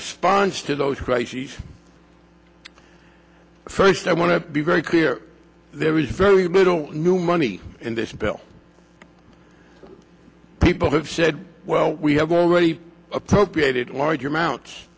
responds to those crises first i want to be very clear there is very little new money in this bill people have said well we have already appropriated large amounts